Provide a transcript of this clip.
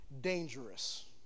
dangerous